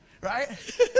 right